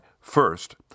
First